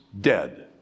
dead